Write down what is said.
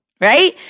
Right